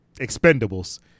Expendables